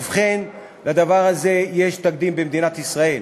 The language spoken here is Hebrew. ובכן, לדבר הזה יש תקדים במדינת ישראל.